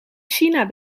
china